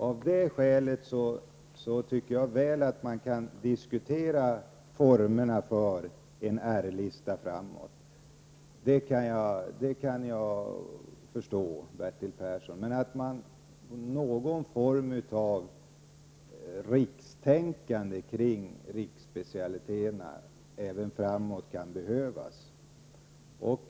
Att det finns skäl att diskutera formerna för en R-lista för framtiden kan jag förstå, Bertil Persson, men jag anser att någon form av rikstänkande kring riksspecialiteterna kan behövas även för framtiden.